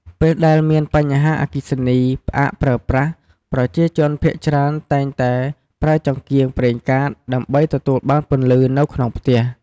ពេលដែលមានបញ្ហាអគ្គិសនីផ្អាកប្រើប្រាស់ ប្រជាជនភាគច្រើនតែងតែប្រើចង្កៀងប្រេងកាត ដើម្បីទទួលបានពន្លឺនៅក្នុងផ្ទះ។